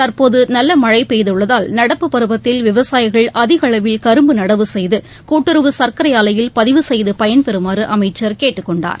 தற்போது நல்ல மழை பெய்துள்ளதால் நடப்பு பருவத்தில் விவசாயிகள் அதிக அளவில் கரும்பு நடவு செய்து கூட்டுறவு சர்க்கரை ஆலையில் பதிவு செய்து பயன்பெறுமாறு அமைச்சர் கேட்டுக்கொண்டார்